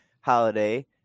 holiday